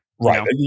Right